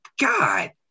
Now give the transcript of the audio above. God